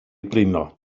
blino